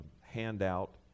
handout